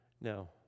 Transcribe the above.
no